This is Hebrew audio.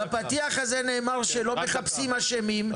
זה בדיוק --- בפתיח הזה נאמר שלא מחפשים אשמים,